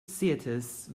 theatres